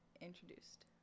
introduced